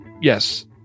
yes